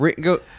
Go